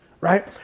right